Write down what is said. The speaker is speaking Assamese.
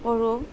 কৰোঁ